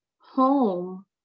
home